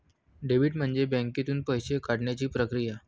debit म्हणजे बँकेतून पैसे काढण्याची प्रक्रिया